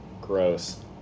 gross